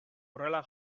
horrela